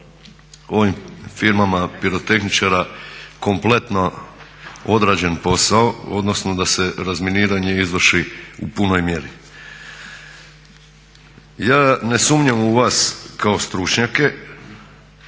platit ovim firmama pirotehničara kompletno odrađen posao, odnosno da se razminiranje izvrši u punoj mjeri. Ja ne sumnjam u vas kao stručnjake,